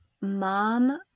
mom